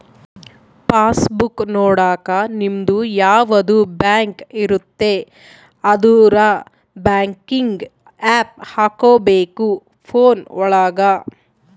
pass book ನೊಡಕ ನಿಮ್ಡು ಯಾವದ ಬ್ಯಾಂಕ್ ಇರುತ್ತ ಅದುರ್ ಬ್ಯಾಂಕಿಂಗ್ ಆಪ್ ಹಕೋಬೇಕ್ ಫೋನ್ ಒಳಗ